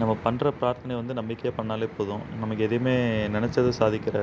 நம்ம பண்ணுற பிரார்த்தனையை வந்து நம்பிக்கையாக பண்ணிணாலே போதும் நமக்கு எதையுமே நினச்சத சாதிக்கிற